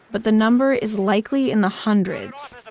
but the number is likely in the hundreds